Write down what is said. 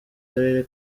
karere